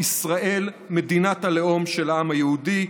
חוק-יסוד: ישראל מדינת הלאום של העם היהודי,